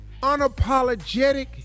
unapologetic